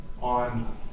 on